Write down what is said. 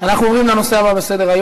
הנני מתכבד להודיעכם,